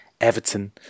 Everton